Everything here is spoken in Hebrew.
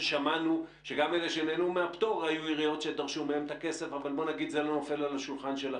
שמענו שגם אלו שזכאים לא נהנו מהכסף אבל זה לא נופל על השולחן שלכם.